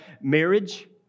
marriage